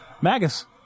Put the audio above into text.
Magus